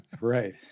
Right